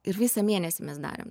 ir visą mėnesį mes darėm